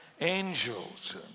angels